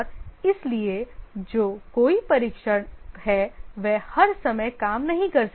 और इसलिए जो कोई परीक्षक है वह हर समय काम नहीं कर सकता है